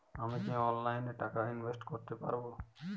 আমি কি অনলাইনে টাকা ইনভেস্ট করতে পারবো?